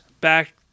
back